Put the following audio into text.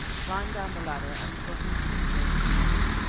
climbed down the ladder, and got into it again at the bottom.